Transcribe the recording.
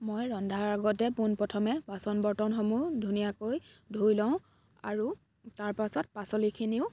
মই ৰন্ধাৰ আগতে পোনপ্ৰথমে বাচন বৰ্তনসমূহ ধুনীয়াকৈ ধুই লওঁ আৰু তাৰ পাছত পাচলিখিনিও